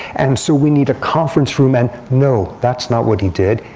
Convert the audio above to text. and so we need a conference room. and, no, that's not what he did.